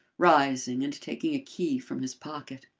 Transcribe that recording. rising and taking a key from his pocket.